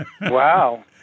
Wow